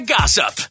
Gossip